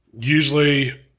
Usually